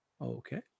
Okay